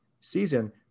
season